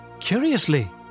Curiously